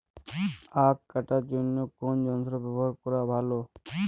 আঁখ কাটার জন্য কোন যন্ত্র ব্যাবহার করা ভালো?